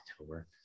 October